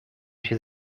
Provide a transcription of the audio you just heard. się